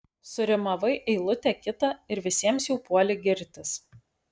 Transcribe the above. surimavai eilutę kitą ir visiems jau puoli girtis